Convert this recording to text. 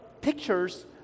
pictures